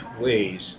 ways